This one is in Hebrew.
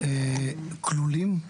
כלולים,